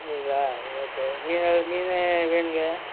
இல்லைங்களா ஓகே மீன் மீன் வேணுங்க